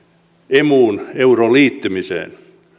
emuun euroon liittymiseen olin